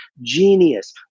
genius